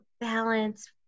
balance